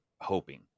hoping